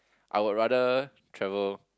I would rather travel